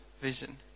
vision